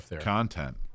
content